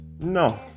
No